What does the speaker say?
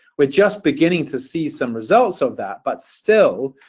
we're just beginning to see some results of that, but still,